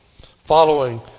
following